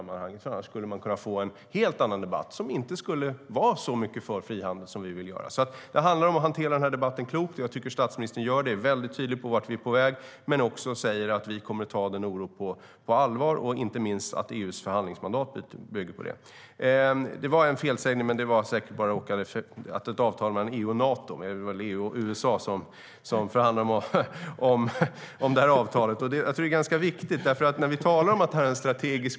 Annars skulle man kunna få en helt annan debatt som inte skulle vara lika mycket för frihandel som vi vill. Det handlar alltså om att hantera debatten klokt. Jag tycker att statsministern gör det. Han är väldigt tydlig med vart vi är på väg men säger också att vi kommer att ta oron på allvar och inte minst att EU:s förhandlingsmandat bygger på det. Det var en felsägning att det skulle handla om ett avtal mellan EU och Nato. Men jag vill vara tydlig med att det är EU och USA som förhandlar om det här avtalet. Det är ganska viktigt.